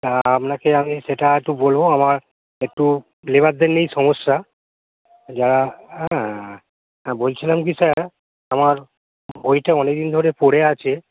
তা আপনাকে আমি সেটা একটু বলব আমার একটু লেবারদের নেই সমস্যা যারা হ্যাঁ বলছিলাম কি স্যার আমার বইটা অনেকদিন ধরে পড়ে আছে